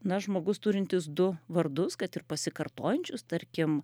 na žmogus turintis du vardus kad ir pasikartojančius tarkim